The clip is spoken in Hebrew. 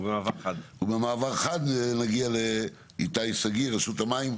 במעבר חד נעבור לרשות המים.